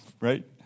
right